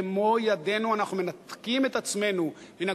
במו-ידינו אנחנו מנתקים את עצמנו מן